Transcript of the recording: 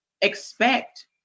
expect